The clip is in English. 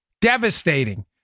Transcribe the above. devastating